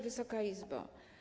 Wysoka Izbo!